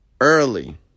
early